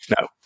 No